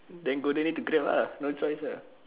then go there need to grab lah no choice ah